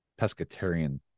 pescatarian